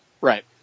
Right